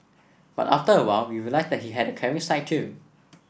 but after a while we realised that he had a caring side too